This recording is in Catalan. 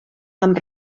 amb